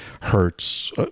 Hurts